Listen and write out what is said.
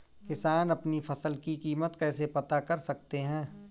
किसान अपनी फसल की कीमत कैसे पता कर सकते हैं?